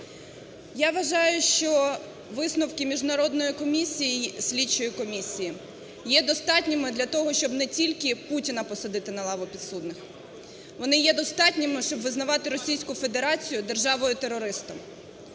Я вважаю, що висновки міжнародної комісії, слідчої комісії є достатніми для того, щоб не тільки Путіна посадити на лаву підсудних. Вони є достатніми, щоб визнавати Російську Федерацію державою-терористом.